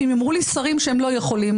ואם יאמרו לי שרים שהם לא יכולים,